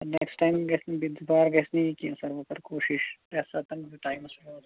سَر next ٹایمہٕ گژھِ نہٕ بیٚیہِ دُبارٕ گَژھِ نہٕ یہِ کیٚنٛہہ سَر بہٕ کَرٕ کوٗشِش یَس سَر ٹایمَس پیٚٹھ